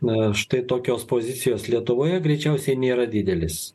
na štai tokios pozicijos lietuvoje greičiausiai nėra didelis